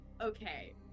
Okay